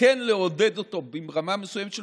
כן לעודד אותו עם רמה מסוימת של